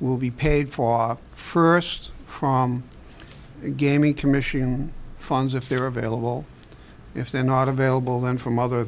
will be paid for first from a gaming commission funds if they're available if they're not available then from other